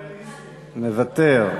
מוותר.